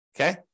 Okay